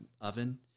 oven